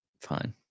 fine